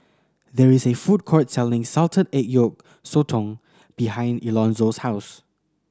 there is a food court selling salted egg yolk sotong behind Elonzo's house